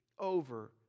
over